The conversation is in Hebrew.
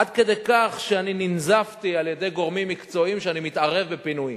עד כדי כך שאני ננזפתי על-ידי גורמים מקצועיים שאני מתערב בפינויים.